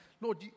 Lord